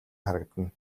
харагдана